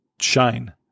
shine